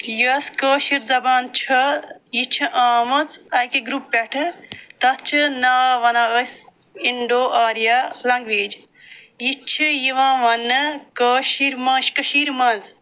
یۄس کٲشٕر زبان چھِ یہِ چھِ آمٕژ اَکہِ گرُپہٕ پٮ۪ٹھٕ تتھ چھِ ناو ونان أسۍ اِنڈو آرِیا لنٛگویج یہِ چھِ یِوان ونٛنہٕ کٲشٕر ماج کٔشیٖرِ منٛز